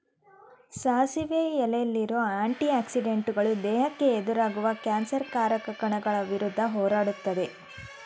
ಸಾಸಿವೆ ಎಲೆಲಿರೋ ಆಂಟಿ ಆಕ್ಸಿಡೆಂಟುಗಳು ದೇಹಕ್ಕೆ ಎದುರಾಗುವ ಕ್ಯಾನ್ಸರ್ ಕಾರಕ ಕಣಗಳ ವಿರುದ್ಧ ಹೋರಾಡ್ತದೆ